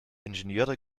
ingenieure